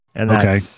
Okay